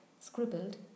scribbled